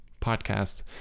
podcast